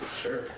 Sure